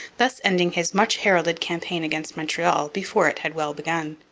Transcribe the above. thus ending his much-heralded campaign against montreal before it had well begun.